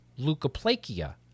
leukoplakia